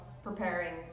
preparing